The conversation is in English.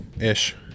ish